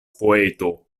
poeto